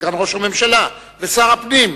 סגן ראש הממשלה ושר הפנים,